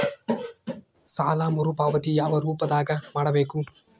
ಸಾಲ ಮರುಪಾವತಿ ಯಾವ ರೂಪದಾಗ ಮಾಡಬೇಕು?